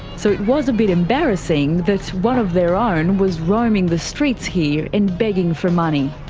so it was a bit embarrassing that one of their own was roaming the streets here and begging for money.